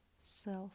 self